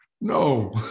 no